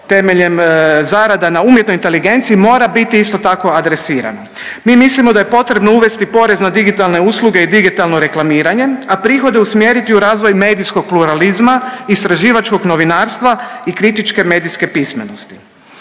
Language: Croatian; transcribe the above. temeljem zarada na umjetnoj inteligenciji, mora biti isto tako adresirano. Mi mislimo da je potrebno uvesti porez na digitalne usluge i digitalno reklamiranje, a prihode usmjeriti u razvoj medijskog pluralizma, istraživačkog novinarstva i kritičke medijske pismenosti.